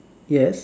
yes